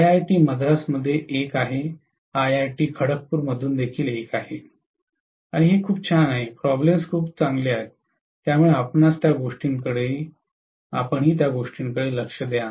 IIT Madras मधे एक आहे आयआयटी खडगपुर मधून एक देखील आहे आणि हे खूप छान आहे प्रॉब्लेम्स खूप चांगले आहेत त्यामुळे आपणास त्या गोष्टींकडेही लक्ष द्या